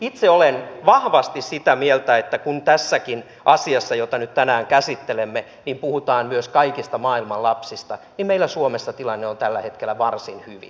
itse olen vahvasti sitä mieltä että kun tässäkin asiassa jota nyt tänään käsittelemme puhutaan myös kaikista maailman lapsista niin meillä suomessa tilanne on tällä hetkellä varsin hyvin